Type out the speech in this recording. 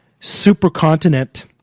supercontinent